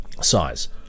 size